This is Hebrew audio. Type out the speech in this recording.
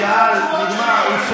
הוא שאל, נגמר.